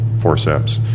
forceps